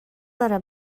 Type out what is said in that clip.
داره